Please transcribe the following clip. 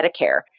Medicare